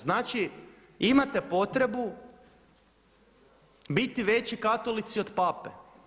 Znači imate potrebu biti veći katolici od Pape.